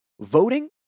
voting